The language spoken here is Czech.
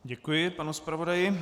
Děkuji panu zpravodaji.